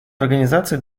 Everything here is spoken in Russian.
организации